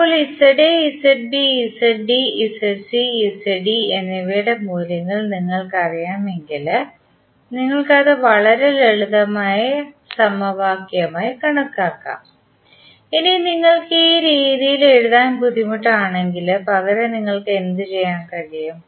ഇപ്പോൾ എന്നിവയുടെ മൂല്യങ്ങൾ നിങ്ങൾക്കറിയാമെങ്കിൽ നിങ്ങൾക്ക് അത് വളരെ ലളിതമായ സമവാക്യമായി കണക്കാക്കാം ഇനി നിങ്ങൾക്ക് ഈ രീതിയിൽ എഴുതാൻ ബുദ്ധിമുട്ടാണെങ്കിൽ പകരം നിങ്ങൾക്ക് എന്ത് ചെയ്യാൻ കഴിയും